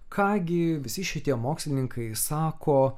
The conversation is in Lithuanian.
ką gi visi šitie mokslininkai sako